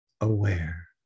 aware